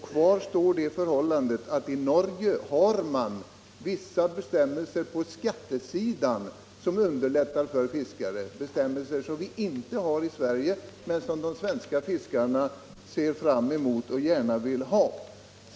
Kvar står det förhållandet att i Norge finns vissa bestämmelser på skattesidan vilka underlättar för fiskare. Det är bestämmelser som vi inte har någon motsvarighet till i Sverige men som de svenska fiskarna ser fram emot och gärna vill ha.